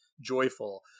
joyful